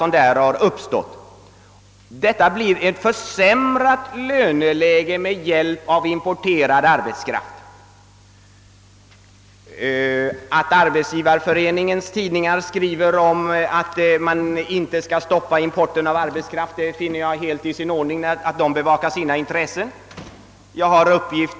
Man har alltså med hjälp av importerad arbetskraft åstadkommit ett försämrat löneläge. skriver att man inte bör stoppa importen av arbetskraft finner jag helt i sin ordning. De bevakar givetvis sina intressen.